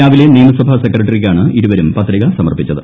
രാവിലെ നിയമസഭാ സെക്രട്ടറിക്കാണ് ഇരുവരും പത്രിക സമർപ്പിച്ചത്